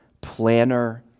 planner